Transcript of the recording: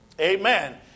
Amen